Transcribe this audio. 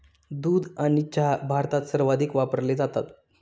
दूध आणि चहा भारतात सर्वाधिक वापरले जातात